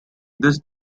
this